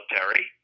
military